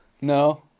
No